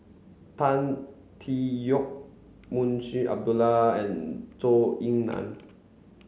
Tan Tee Yoke Munshi Abdullah and Zhou Ying Nan